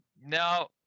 No